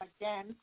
Again